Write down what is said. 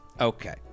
Okay